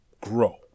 grow